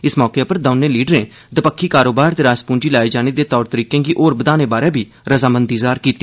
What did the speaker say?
इस मौके उप्पर दौने नेताएं दपक्खी कारोबार ते रासपूंजी लाए जाने दे तौर तरीकें गी होर बघाने बारै बी रजामंदी जाहिर कीती